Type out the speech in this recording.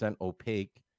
opaque